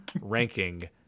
ranking